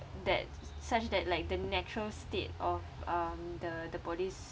that such that like the natural state of um the the body's